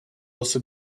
also